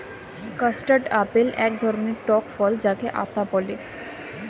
custard apple এক ধরণের টক ফল যাকে আতা বলে